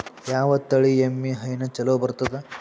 ಯಾವ ತಳಿ ಎಮ್ಮಿ ಹೈನ ಚಲೋ ಬರ್ತದ?